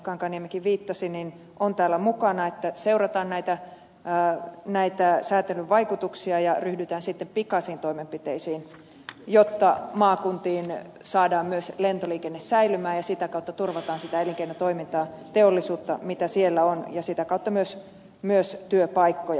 kankaanniemikin viittasi on täällä mukana että seurataan näitä säätelyn vaikutuksia ja ryhdytään sitten pikaisiin toimenpiteisiin jotta maakunnissa saadaan myös lentoliikenne säilymään ja sitä kautta turvataan sitä elinkeinotoimintaa teollisuutta mitä siellä on ja sitä kautta myös työpaikkoja